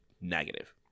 negative